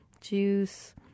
juice